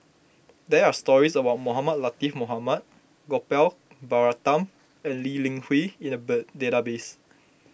there are stories about Mohamed Latiff Mohamed Gopal Baratham and Lee Li Hui in the database